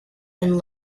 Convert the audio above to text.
and